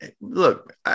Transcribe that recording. Look